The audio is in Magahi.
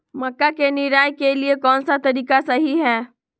मक्का के निराई के लिए कौन सा तरीका सही है?